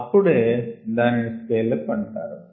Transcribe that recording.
అప్పుడే దానిని scale up అంటారు